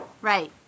Right